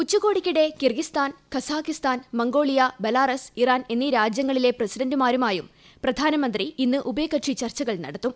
ഉച്ചകോടിക്കിടെ Kyrgyzstan Kazakhstan Mongolia Belarus Iran എന്നീ രാജ്യങ്ങളിലെ പ്രസിഡന്റുമാരുമായും പ്രധാനമന്ത്രി ഇന്ന് ഉഭയകക്ഷി ചർച്ചുക്ക്ർ ന്ടത്തും